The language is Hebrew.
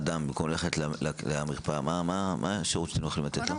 דם במקום ללכת למרפאה מה השירות שאתם הולכים לתת לו?